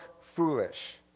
foolish